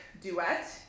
duet